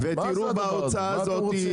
מה זה הדבר הזה?